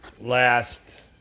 last